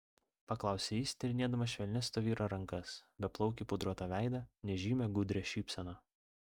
paklausė jis tyrinėdamas švelnias to vyro rankas beplaukį pudruotą veidą nežymią gudrią šypseną